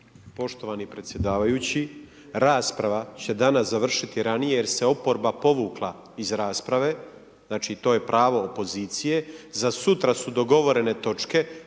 Poštovani predsjedavajući. Rasprava će danas završiti ranije jer se oporba povukla iz rasprave, znači to je pravo opozicije. Za sutra su dogovorene točke,